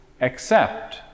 accept